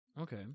Okay